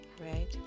Right